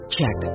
Check